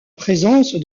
présence